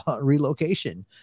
relocation